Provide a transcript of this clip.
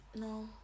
No